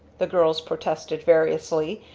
the girls protested variously,